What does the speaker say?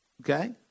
Okay